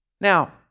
Now